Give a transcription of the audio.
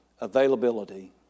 Availability